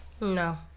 No